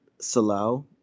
Salau